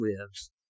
lives